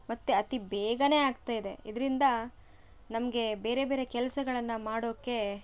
ಮತ್ತೆ ಅತಿ ಬೇಗ ಆಗ್ತಯಿದೆ ಇದರಿಂದ ನಮಗೆ ಬೇರೆ ಬೇರೆ ಕೆಲಸಗಳನ್ನ ಮಾಡೋಕೆ